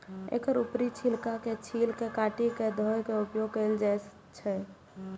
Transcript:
एकर ऊपरी छिलका के छील के काटि के धोय के उपयोग कैल जाए छै